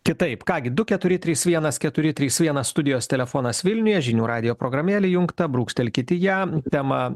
kitaip ką gi du keturi trys vienas keturi trys vienas studijos telefonas vilniuje žinių radijo programėlė įjungta brūkštelkit į ją temą